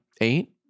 Eight